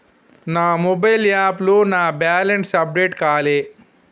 నా మొబైల్ యాప్లో నా బ్యాలెన్స్ అప్డేట్ కాలే